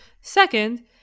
Second